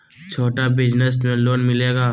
छोटा बिजनस में लोन मिलेगा?